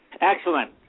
Excellent